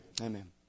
Amen